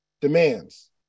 demands